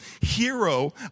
hero